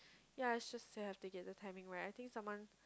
ya it's just they have to get the timing right I think someone